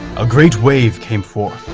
a great wave came forth,